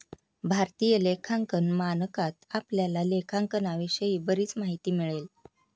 भारतीय लेखांकन मानकात आपल्याला लेखांकनाविषयी बरीच माहिती मिळेल